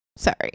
sorry